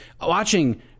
Watching